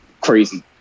crazy